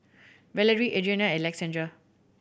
Valarie Adrianna and Alexandrea